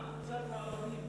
חבר הכנסת